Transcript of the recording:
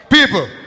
People